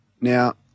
Now